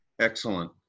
Excellent